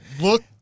look